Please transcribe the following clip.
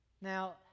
Now